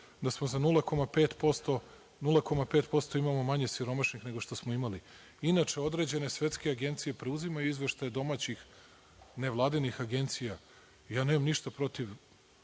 da za 0,5% imamo manje siromašnih nego što smo imali. Inače, određene svetske agencije preuzimaju izveštaje domaćih nevladinih agencija. Nemam ništa protiv,